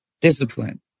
discipline